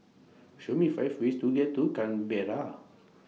Show Me five ways to get to Canberra